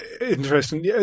Interesting